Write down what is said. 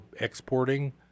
exporting